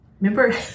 Remember